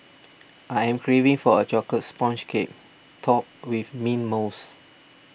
I am craving for a Chocolate Sponge Cake Topped with Mint Mousse